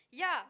ya